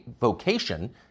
vocation